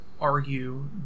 argue